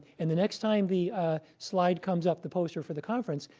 and the next time the slide comes up, the poster for the conference,